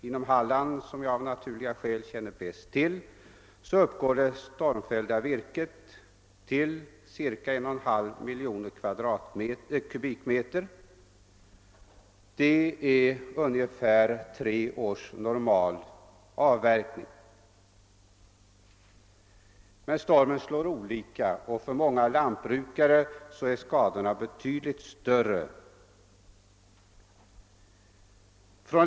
Inom Halland, som jag av naturliga skäl känner bäst till, uppgår det stormfällda virket till cirka 1,5 miljoner kubikmeter — det motsvarar ungefär tre års normal avverkning. Men stormen har slagit olika, och för många lantbrukare är skadorna betydligt större.